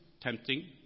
tempting